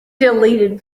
deleted